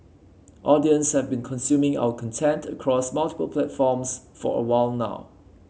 audience have been consuming our content across multiple platforms for a while now